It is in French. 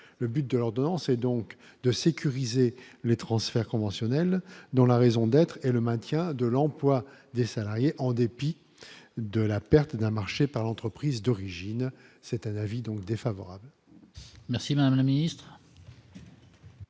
le but de l'ordonnance et donc de sécuriser les transferts conventionnel dont la raison d'être et le maintien de l'emploi des salariés en dépit de la perte d'un marché par l'entreprise d'origine, c'est un avis donc défavorable. Merci madame la ministre.